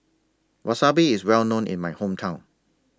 Wasabi IS Well known in My Hometown